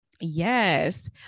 Yes